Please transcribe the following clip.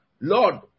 Lord